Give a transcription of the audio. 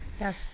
Yes